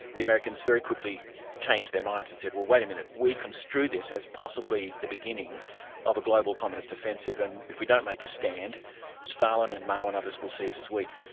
the americans very quickly changed their minds and said, well wait a minute, we construe this as possibly the beginning of a global communist offensive, and if we don't make a stand stalin and mao and others will see us as weak.